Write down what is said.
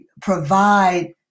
provide